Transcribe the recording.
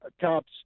cops